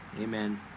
amen